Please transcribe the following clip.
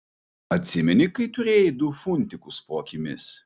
atsimeni kai turėjai du funtikus po akimis